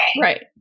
Right